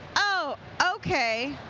oh, okay.